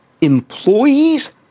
employees